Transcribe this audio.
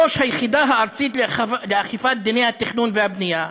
ראש היחידה הארצית לאכיפת דיני התכנון והבנייה,